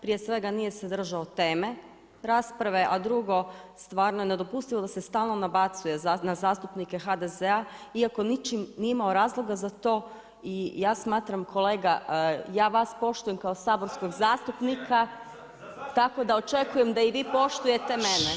Prije svega nije se držao teme rasprave, a drugo stvarno je nedopustivo da se stalno nabacuje na zastupnike HDZ-a iako ničim nije imao razloga za to i ja smatram kolega, ja vas poštujem kao saborskog zastupnika … [[Upadica sa strane se ne čuje.]] tako da očekujem da i vi poštujete mene.